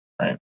Right